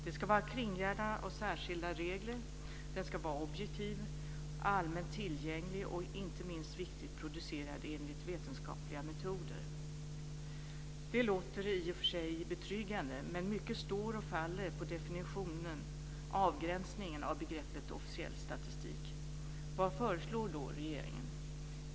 Den ska vara kringgärdad av särskilda regler, den ska vara objektiv och allmänt tillgänglig och inte minst viktigt producerad enligt vetenskapliga metoder. Det låter i och för sig betryggande, men mycket står och faller på definitionen, avgränsningen, av begreppet officiell statistik. Vad föreslår då regeringen?